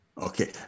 Okay